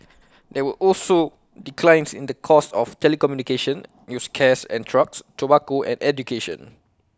there were also declines in the cost of telecommunication used cares and trucks tobacco and education